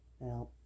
Now